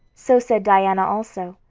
so said diana also.